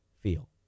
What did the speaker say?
feel